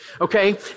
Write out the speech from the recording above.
Okay